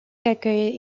accueille